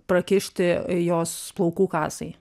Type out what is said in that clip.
prakišti jos plaukų kasai